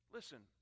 Listen